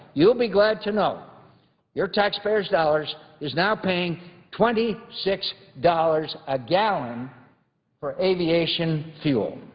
you'll be glad to know your taxpayers' dollars is now paying twenty six dollars a gallon for aviation fuel.